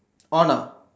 on ah